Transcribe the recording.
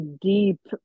deep